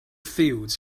fields